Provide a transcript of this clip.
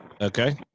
Okay